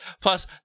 Plus